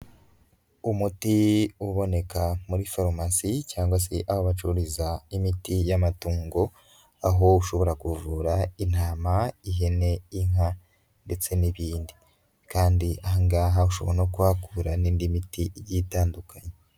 Umuti uboneka muri farumasi cyangwa se aho bacururiza imiti y'amatungo, aho ushobora kuvura intama, ihene, inka ndetse n'ibindi kandi aha ngaha ushobora no kuhakura n'indi miti igiye itandukanye.